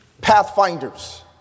Pathfinders